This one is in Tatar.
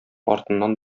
артыннан